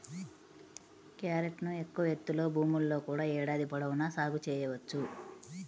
క్యారెట్ను ఎక్కువ ఎత్తులో భూముల్లో కూడా ఏడాది పొడవునా సాగు చేయవచ్చు